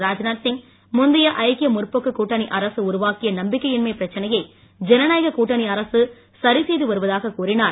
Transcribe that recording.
ராத்நாத் சிங் முந்தைய ஐக்கிய முற்போக்கு கூட்டணி அரசு உருவாக்கிய நம்பிக்கையின்மை பிரச்சனையை ஜனநாயக கூட்டணி அரசு சரிசெய்து வருவதாக கூறினார்